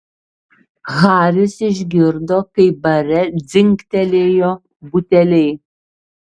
haris išgirdo kaip bare dzingtelėjo buteliai